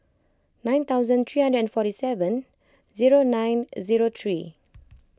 nine thousand three hundred and forty seven zero nine zero three